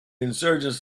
insurgents